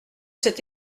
cet